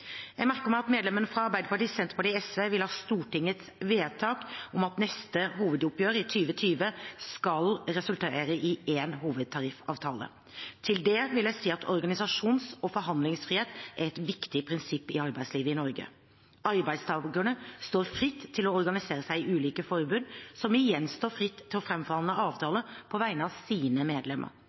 Jeg merker meg at medlemmene fra Arbeiderpartiet, Senterpartiet og SV vil ha Stortingets vedtak om at neste hovedoppgjør, i 2020, skal resultere i én hovedtariffavtale. Til det vil jeg si at organisasjons- og forhandlingsfrihet er et viktig prinsipp i arbeidslivet i Norge. Arbeidstakerne står fritt til å organisere seg i ulike forbund, som igjen står fritt til å framforhandle avtaler på vegne av sine medlemmer.